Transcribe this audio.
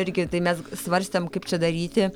irgi tai mes svarstėm kaip čia daryti